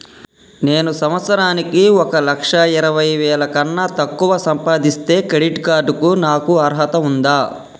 నేను సంవత్సరానికి ఒక లక్ష ఇరవై వేల కన్నా తక్కువ సంపాదిస్తే క్రెడిట్ కార్డ్ కు నాకు అర్హత ఉందా?